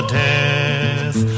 death